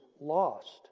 lost